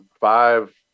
five